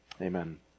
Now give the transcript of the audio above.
Amen